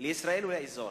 לישראל ולאזור.